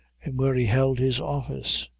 and where he held his office.